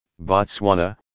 Botswana